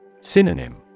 Synonym